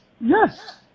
Yes